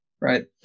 right